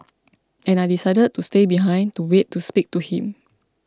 and I decided to stay behind to wait to speak to him